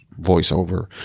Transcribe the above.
voiceover